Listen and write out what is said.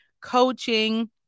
coaching